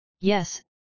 Yes